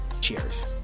cheers